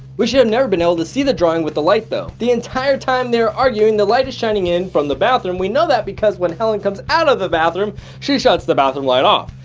we should have never been able to see the drawing with the light though, the entire time they're arguing, the light is shining in from the bathroom, we know that because when helen comes outta the bathroom she shuts the bathroom light off,